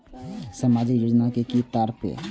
सामाजिक योजना के कि तात्पर्य?